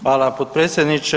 Hvala potpredsjedničke.